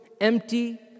empty